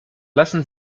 lassen